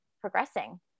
progressing